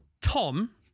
Tom